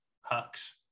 hucks